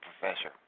professor